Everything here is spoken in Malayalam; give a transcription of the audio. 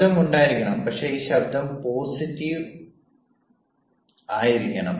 ശബ്ദം ഉണ്ടായിരിക്കണം പക്ഷേ ഈ ശബ്ദം പോസിറ്റീവ് ആയിരിക്കണം